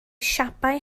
siapau